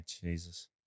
Jesus